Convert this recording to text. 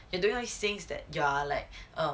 you do all these things that you are like